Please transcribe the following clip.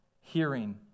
hearing